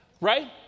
Right